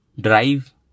drive